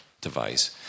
device